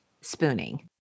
spooning